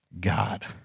God